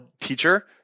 teacher